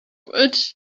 would